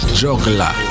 juggler